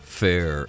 fair